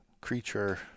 creature